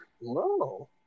Whoa